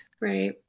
Right